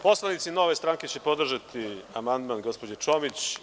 Poslanici Nove stranke će podržati amandman gospođe Čomić.